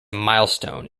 milestone